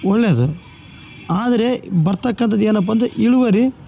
ಒಳ್ಳೆದು ಆದರೆ ಬರ್ತಕ್ಕಂಥದ್ದು ಏನಪ್ಪ ಅಂದರೆ ಇಳುವರಿ